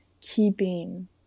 keeping